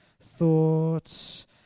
thoughts